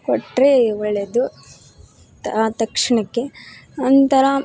ಕೊಟ್ಟರೆ ಒಳ್ಳೆಯದು ಆ ತಕ್ಷಣಕ್ಕೆ ನಂತರ